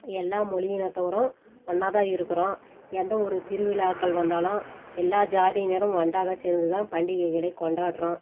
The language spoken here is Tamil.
எல்லா மொழி இனத்தவரும் ஒன்றா தான் இருக்கிறோம் எந்த ஒரு திருவிழாக்கள் வந்தாலும் எல்லா ஜாதியினரும் ஒன்றாக சேர்ந்து தான் பண்டிகைகளை கொண்டாடுகிறோம்